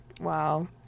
wow